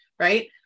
right